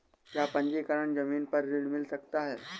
क्या पंजीकरण ज़मीन पर ऋण मिल सकता है?